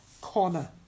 corner